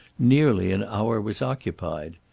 nearly an hour was occupied.